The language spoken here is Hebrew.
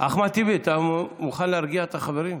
אחמד טיבי, אתה מוכן להרגיע את החברים?